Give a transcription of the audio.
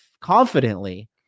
confidently